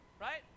right